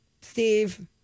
Steve